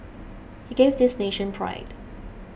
he gave this nation pride